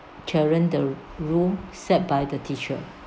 the room set by the teacher